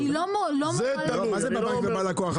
מה זה בבנק ובלקוח?